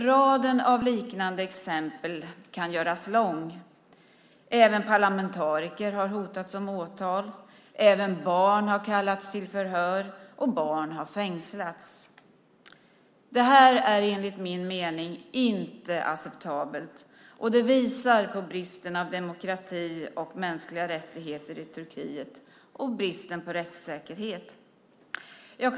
Raden av liknande exempel kan göras lång. Även parlamentariker har hotats av åtal. Även barn har kallats till förhör, och barn har fängslats. Det här är enligt min mening inte acceptabelt. Det visar på bristen på demokrati, på mänskliga rättigheter och på rättssäkerhet i Turkiet.